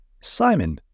Simon